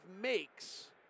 makes